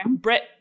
Brett